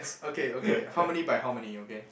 okay okay how many by how many okay